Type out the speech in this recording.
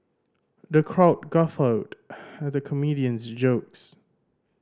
the crowd guffawed at the comedian's jokes